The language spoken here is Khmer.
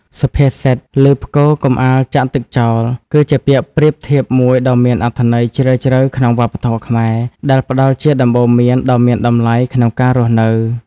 សុភាសិត "ឮផ្គរ កុំអាលចាក់ទឹកចោល" គឺជាពាក្យប្រៀបធៀបមួយដ៏មានអត្ថន័យជ្រាលជ្រៅក្នុងវប្បធម៌ខ្មែរ ដែលផ្ដល់ជាដំបូន្មានដ៏មានតម្លៃក្នុងការរស់នៅ។